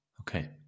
okay